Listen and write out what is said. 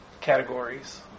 categories